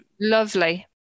lovely